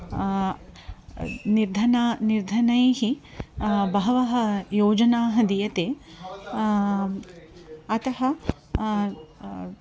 निर्धनाः निर्धनैः बहवः योजनाः दीयते अतः